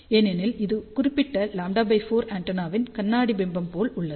ஏனெனில் இது குறிப்பிட்ட λ4 ஆண்டெனாவின் கண்ணாடி பிம்பம் போல் உள்ளது